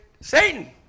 Satan